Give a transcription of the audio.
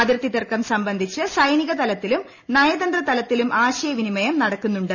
അതിർത്തി തർക്കം സംബന്ധിച്ച് സൈനിക തലത്തിലും നയതന്ത്രതലത്തിലും ആശയ വിനിമയം നടക്കുന്നുണ്ട്